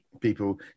people